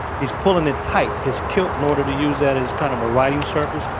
he's pulling it tight, his kilt, in order to use that as kind of a writing service.